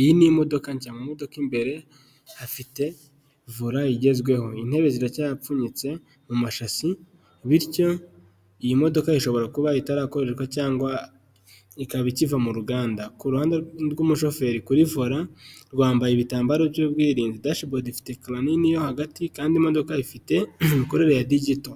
Iyi ni imodoka nshya mu modoka imbere afitevola igezweho intebe ziracyapfunyitse mu mashashi bityo iyi modoka ishobora kuba itarakoreshwa cyangwa ikaba ikiva mu ruganda, kuhande rw'umushoferi kuri vola rwambaye ibitambaro by'ubwirinzi dashibodi ifite climini yo hagati kandi imodoka ifite imikorere ya digito